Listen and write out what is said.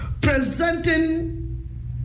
presenting